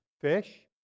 Fish